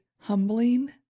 humbling